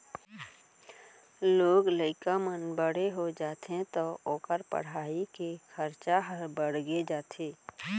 लोग लइका मन बड़े हो जाथें तौ ओकर पढ़ाई के खरचा ह बाड़गे जाथे